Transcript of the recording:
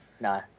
no